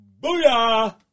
Booyah